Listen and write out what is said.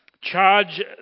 charge